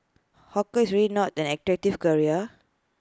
hawker is already not an attractive career